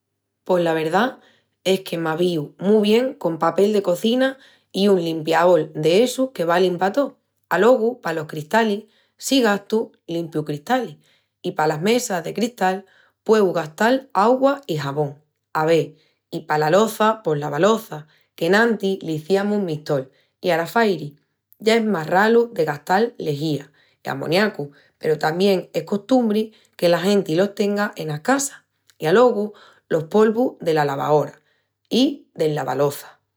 Pos la verdá es que m'avíu mu bien con papel de cozina i un limpiaol d'essus que valin pa tó. Alogu palos cristalis sí gastu limpiu cristalis i palas mesas de cristal pueu gastal augua i xabón. Ave, i pala loça pos lavaloças, qu'enantis l'iziamus mistol i ara fairi. Ya es más ralu de gastal lexía i amoniacu peru tamién es costumbri que la genti los tenga enas casas. I alogu los polvus dela lavaora i del lavaloças.